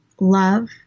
love